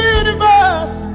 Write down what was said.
universe